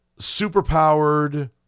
superpowered